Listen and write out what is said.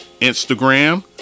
Instagram